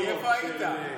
איפה היית?